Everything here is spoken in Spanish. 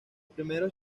primeros